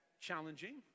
challenging